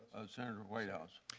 and senator whitehouse.